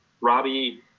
Robbie